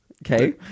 Okay